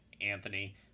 Anthony